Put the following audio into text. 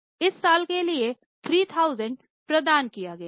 इस साल के लिए 3000 प्रदान किया गया है